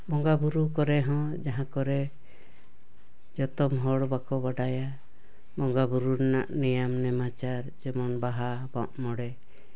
ᱵᱚᱸᱜᱟ ᱵᱩᱨᱩ ᱠᱚᱨᱮ ᱦᱚᱸ ᱡᱟᱦᱟᱸ ᱠᱚᱨᱮ ᱡᱚᱛᱚᱢ ᱦᱚᱲ ᱵᱟᱠᱚ ᱵᱟᱰᱟᱭᱟ ᱵᱚᱸᱜᱟ ᱵᱩᱨᱩ ᱨᱮᱱᱟᱜ ᱱᱮᱭᱟᱢ ᱱᱮᱢᱟᱪᱟᱨ ᱡᱮᱢᱚᱱ ᱵᱟᱦᱟ ᱢᱟᱜᱽᱢᱚᱬᱮ